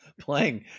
playing